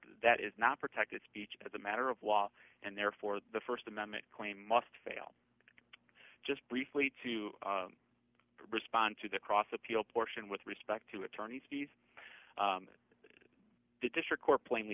that is not protected speech as a matter of law and therefore the st amendment claim must fail just briefly to respond to the cross appeal portion with respect to attorney's fees the district court plainly